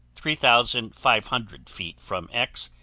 three thousand five hundred feet from x,